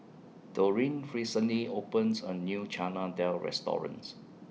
Dorine recently opens A New Chana Dal restaurants